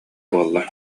буолла